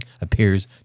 appears